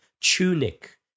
Tunic